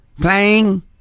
playing